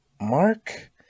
Mark